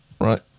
Right